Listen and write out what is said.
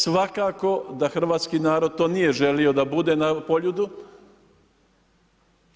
Svakako da hrvatski narod to nije želio da bude na Poljudu,